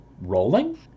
rolling